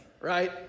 Right